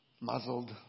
Muzzled